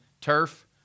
turf